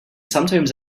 sometimes